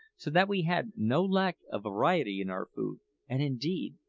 so that we had no lack of variety in our food and, indeed,